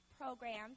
programs